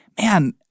man